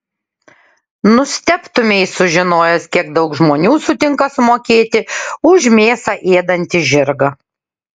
nustebtumei sužinojęs kiek daug žmonių sutinka sumokėti už mėsą ėdantį žirgą